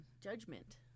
Judgment